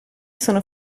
sono